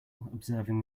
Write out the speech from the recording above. observing